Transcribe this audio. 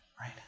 right